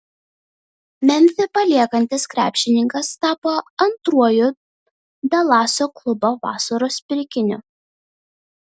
memfį paliekantis krepšininkas tapo antruoju dalaso klubo vasaros pirkiniu